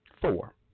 four